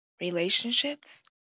relationships